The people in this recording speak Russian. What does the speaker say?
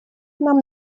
нам